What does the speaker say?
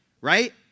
right